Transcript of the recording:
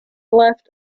left